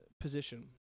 position